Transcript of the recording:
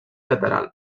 lateral